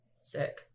sick